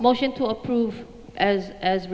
motion to approve as as